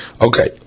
Okay